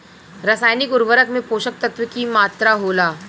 रसायनिक उर्वरक में पोषक तत्व की मात्रा होला?